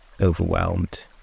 overwhelmed